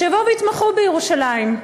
שיבואו ויתמכו בירושלים.